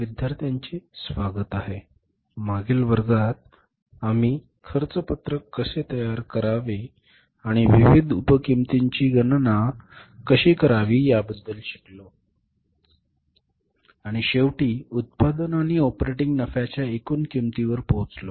विद्यार्थ्यांचे स्वागत आहे मागील वर्गात आम्ही खर्च पत्रक कसे तयार करावे आणि विविध उप किंमतीची गणना कशी करावी याबद्दल शिकलो आणि शेवटी उत्पादन आणि ऑपरेटिंग नफ्याच्या एकूण किंमतीवर पोचलो